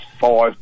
five